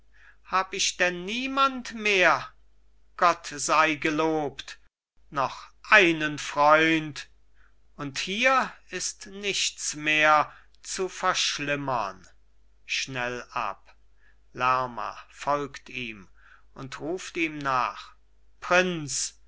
hab ich denn niemand mehr gott sei gelobt noch einen freund und hier ist nichts mehr zu verschlimmern schnell ab lerma folgt ihm und ruft ihm nach prinz